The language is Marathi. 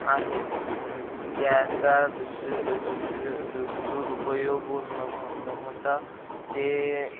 आहे त्याचा दुसं दुसरं दु दुरुपयोगो न हो न होता ते